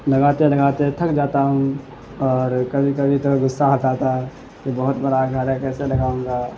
لگاتے لگاتے تھک جاتا ہوں اور کبھی کبھی تو غصہ آ جاتا ہے تو بہت بڑا گھر ہے کیسے لگاؤں گا